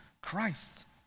Christ